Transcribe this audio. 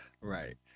Right